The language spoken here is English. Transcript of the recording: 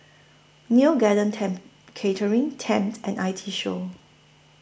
Neo Garden temp Catering Tempt and I T Show